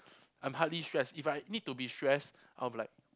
I'm hardly stress if I need to be stress I'm like